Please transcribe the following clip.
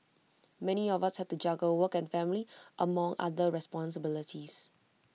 many of us have to juggle work and family among other responsibilities